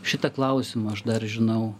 šitą klausimą aš dar žinau